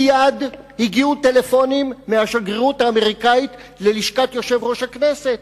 מייד הגיעו מהשגרירות האמריקנית ללשכת יושב-ראש הכנסת